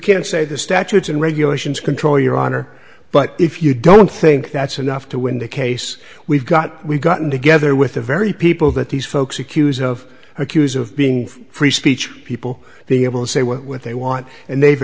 can say the statutes and regulations control your honor but if you don't think that's enough to win the case we've got we've gotten together with the very people that these folks accuse of accuse of being free speech people being able to say what they want and they've